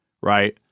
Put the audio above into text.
right